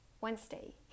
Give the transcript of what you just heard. Wednesday